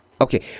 Okay